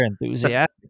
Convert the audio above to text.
enthusiastic